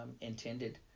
intended